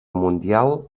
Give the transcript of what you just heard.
mundial